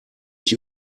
ich